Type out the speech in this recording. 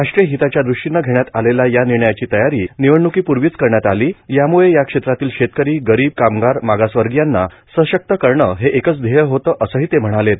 राष्ट्रीय हिताच्या दृष्टीनं घेण्यात आलेला या निर्णयाची तयारी निवडण्कीपूर्वीच करण्यात आली याम्ळं या क्षेत्रातील शेतकरी गरीब कामगार मागासवर्गीयांना सशक्त करणं हे एकच ध्येय होतं असंही ते म्हणालेत